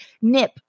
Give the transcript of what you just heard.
nip